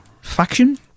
Faction